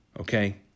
okay